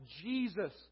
Jesus